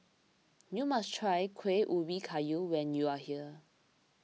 you must try Kueh Ubi Kayu when you are here